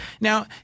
now